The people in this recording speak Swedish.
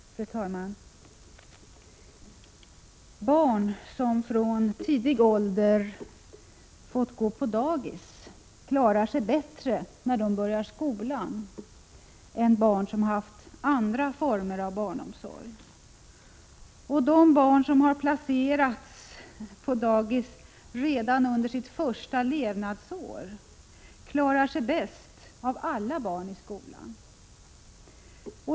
Fru talman! Barn som från tidig ålder fått vara på dagis klarar sig bättre när de börjar skolan än barn som haft andra former av barnomsorg. De barn som har placerats på dagis redan under sitt första levnadsår klarar sig bäst av alla barn i skolan.